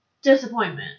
disappointment